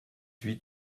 huit